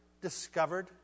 discovered